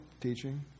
teaching